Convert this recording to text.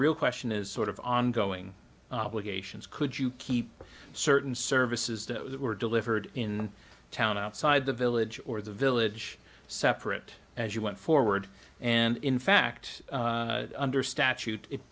real question is sort of ongoing obligations could you keep certain services that were delivered in the town outside the village or the village separate as you went forward and in fact under statute it